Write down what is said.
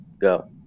go